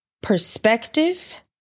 perspective